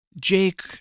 Jake